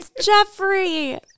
Jeffrey